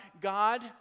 God